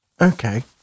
Okay